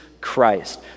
Christ